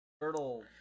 turtle